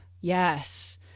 yes